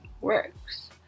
works